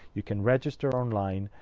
you can register online.